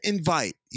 Invite